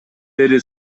бери